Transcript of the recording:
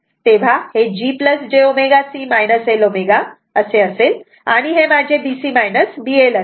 तेव्हा हे G j ω C L ω असेल आणि हे माझे B C B L असेल